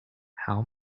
how